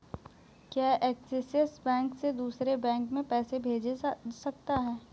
क्या Axis bank से दूसरे बैंक में पैसे भेजे जा सकता हैं?